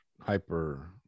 hyper